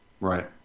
Right